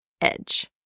edge